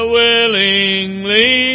willingly